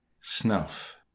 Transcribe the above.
Snuff